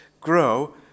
grow